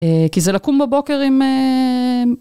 כי זה לקום בבוקר עם...